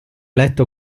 letto